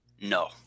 No